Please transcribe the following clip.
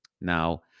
Now